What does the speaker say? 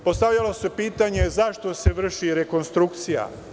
Postavljalo se pitanje – zašto se vrši rekonstrukcija?